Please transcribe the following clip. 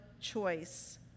choice